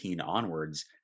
onwards